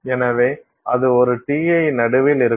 எனவே அது ஒரு Ti நடுவில் இருக்கும்